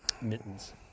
mittens